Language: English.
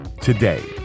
Today